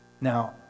Now